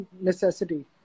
necessity